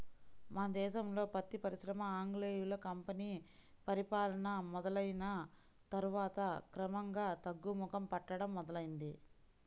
మన దేశంలో పత్తి పరిశ్రమ ఆంగ్లేయుల కంపెనీ పరిపాలన మొదలయ్యిన తర్వాత క్రమంగా తగ్గుముఖం పట్టడం మొదలైంది